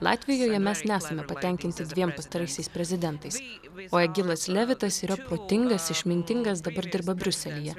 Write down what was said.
latvijoje mes nesame patenkinti dviem pastaraisiais prezidentais vaigilas levitas yra protingas išmintingas dabar dirba briuselyje